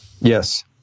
yes